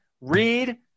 read